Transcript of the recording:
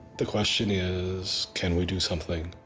the question is can we do something,